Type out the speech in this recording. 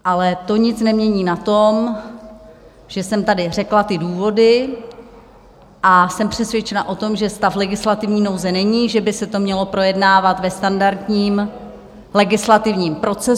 Ale to nic nemění na tom, že jsem tady řekla ty důvody, a jsem přesvědčena o tom, že stav legislativní nouze není, že by se to mělo projednávat ve standardním legislativním procesu.